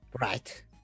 Right